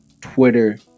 Twitter